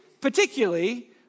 Particularly